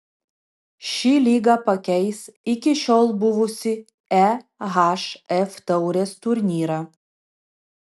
ši lyga pakeis iki šiol buvusį ehf taurės turnyrą